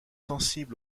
sensibles